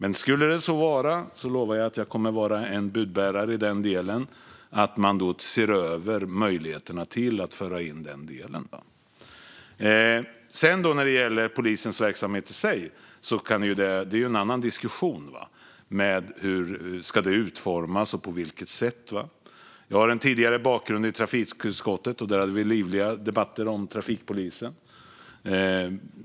Men skulle så vara lovar jag att jag kommer att vara en budbärare i den delen och se till att man ser över möjligheterna att föra in detta. När det gäller polisens verksamhet i sig är det en annan diskussion. Det handlar om hur den ska utformas och på vilket sätt. Jag har en tidigare bakgrund i trafikutskottet, och där hade vi livliga debatter om trafikpolisen.